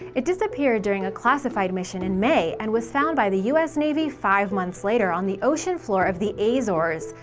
it disappeared during a classified mission in may and was found by the us navy five months later on the ocean floor of the azores,